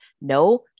No